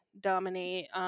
dominate